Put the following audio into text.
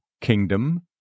kingdom